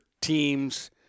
teams